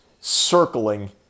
circling